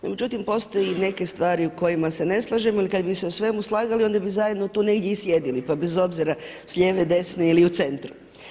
No međutim postoje neke stvari u kojima se ne slažemo jer kad bismo se u svemu slagali onda bi zajedno tu negdje i sjedili pa bez obzira s lijeve, desne ili u centru.